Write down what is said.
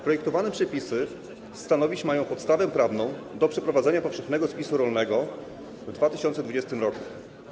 Projektowane przepisy mają stanowić podstawę prawną do przeprowadzenia powszechnego spisu rolnego w 2020 r.